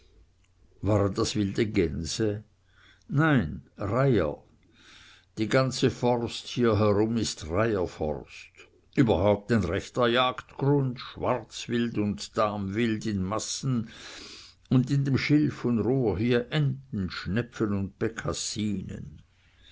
das wilde gänse nein reiher die ganze forst hierherum ist reiher forst überhaupt ein rechter jagdgrund schwarzwild und damwild in massen und in dem schilf und rohr hier enten schnepfen und